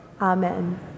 Amen